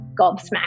gobsmacked